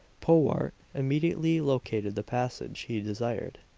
powart immediately located the passage he desired.